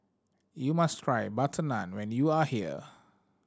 you must try butter naan when you are here